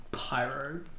Pyro